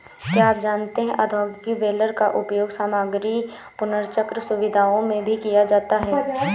क्या आप जानते है औद्योगिक बेलर का उपयोग सामग्री पुनर्चक्रण सुविधाओं में भी किया जाता है?